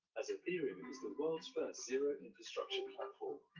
as ethereum is the world's first zero infrastructure platform,